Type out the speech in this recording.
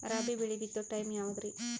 ರಾಬಿ ಬೆಳಿ ಬಿತ್ತೋ ಟೈಮ್ ಯಾವದ್ರಿ?